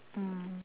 mm